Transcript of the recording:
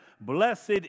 blessed